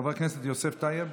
חבר הכנסת יוסף טייב,